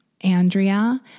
Andrea